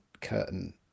curtain